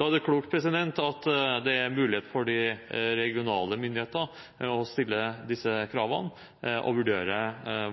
Da er det klokt at det er mulig for de regionale myndighetene å stille disse kravene og vurdere